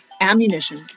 ammunition